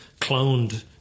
cloned